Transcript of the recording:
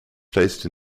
placed